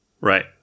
right